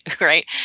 right